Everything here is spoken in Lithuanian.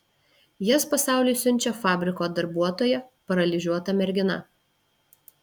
jas pasauliui siunčia fabriko darbuotoja paralyžiuota mergina